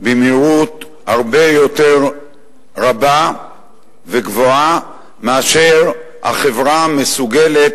במהירות הרבה יותר גבוהה מכפי שהחברה מסוגלת